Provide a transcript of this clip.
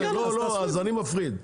לא, אז אני מפריד.